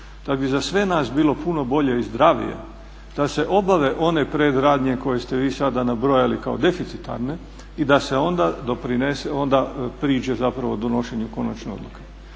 da bi za sve nas bilo puno bolje i zdravije da se obave one predradnje koje ste vi sada nabrojali kao deficitarne i da se onda priđe donošenju konačne odluke.